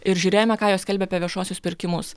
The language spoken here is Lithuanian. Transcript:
ir žiūrėjome ką jos skelbia apie viešuosius pirkimus